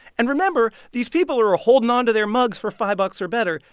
and remember, these people are ah holding onto their mugs for five bucks or better.